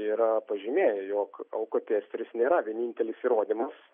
yra pažymėję jog alkotesteris nėra vienintelis įrodymas